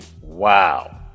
Wow